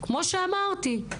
כמו שאמרתי,